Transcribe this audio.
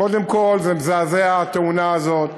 קודם כול, התאונה הזאת